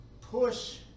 push